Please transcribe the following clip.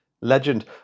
Legend